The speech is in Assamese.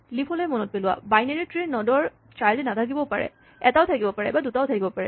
লিফলৈ মনত পেলোৱা বাইনেৰী ট্ৰীৰ নড ৰ চাইল্ড নাথাকিবও পাৰে এটাও থাকিব পাৰে বা দুটাও থাকিব পাৰে